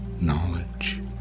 knowledge